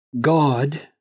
God